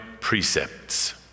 precepts